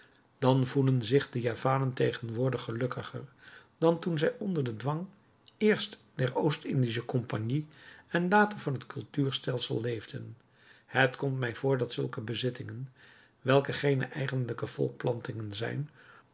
dan voelen zich de javanen tegenwoordig gelukkiger dan toen zij onder den dwang eerst der oost-indische compagnie en later van het kultuurstelsel leefden het komt mij voor dat zulke bezittingen welke geene eigenlijke volkplantingen zijn